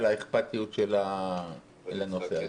אלא אכפתיות לנושא הזה.